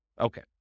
Okay